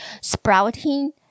sprouting